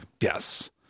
Yes